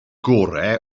gorau